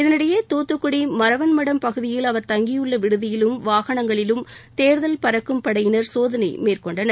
இதனிடையே தூத்துக்குடி மறவன்மடம் பகுதியில் அவர் தங்கியுள்ள் விடுதியிலும் வாகனங்களிலும் தேர்தல் பறக்கும் படையினர் சோதனை மேற்கொண்டனர்